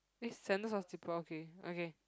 eh sandals or slippers okay okay